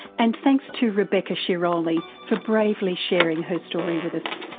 and thanks to rebecca sciroli for bravely sharing her story with us.